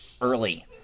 early